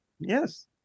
Yes